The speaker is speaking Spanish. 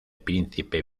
príncipe